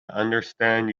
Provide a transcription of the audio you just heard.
understand